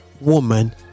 woman